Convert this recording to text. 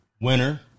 winner